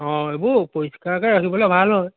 অঁ এইবোৰ পৰিষ্কাৰকৈ ৰাখিবলৈ ভাল হয়